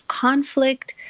conflict